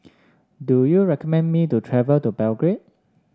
do you recommend me to travel to Belgrade